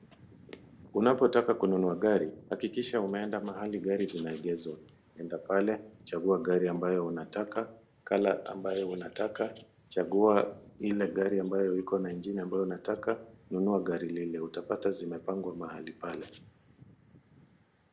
Unapotaka kununua gari hakikisha umeenda mahali gari zinaegeshwa, nenda pale chagua gari ambayo unataka, colour ambayo unataka, chagua ile gari ambayo iko na injini ambayo unataka, nunua gari lile, utapata zimepangwa mahali pale.